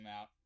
out